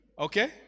Okay